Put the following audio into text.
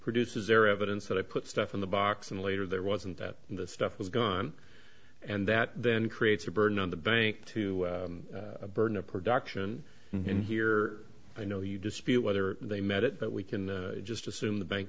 produces their evidence that i put stuff in the box and later there wasn't that the stuff was gone and that then creates a burden on the bank to burn a production in here i know you dispute whether they met it but we can just assume the bank